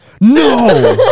no